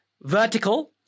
vertical